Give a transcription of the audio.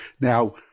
Now